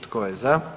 Tko je za?